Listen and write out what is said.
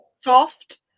soft